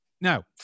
Now